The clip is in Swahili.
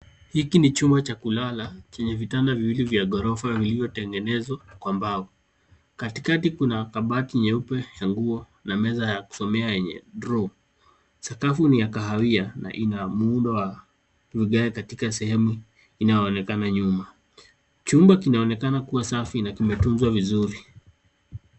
Hiki ni chumba cha kulala chenye vitanda viwili vya ghorofa iliyotengenezwa kwa mbao. Katikati kuna kabati nyeupe ya nguo na meza ya kusomea yenye droo. Sakafu ni kahawia na ina muundo wa vigae katika sehemu inayoonekana nyuma. Chumba kinaonekana kuwa safi na kimetunzwa vizuri.